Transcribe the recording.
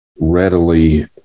readily